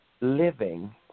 living